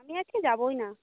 আমি আজকে যাবই না